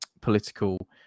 political